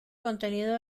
contenido